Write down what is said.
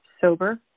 Sober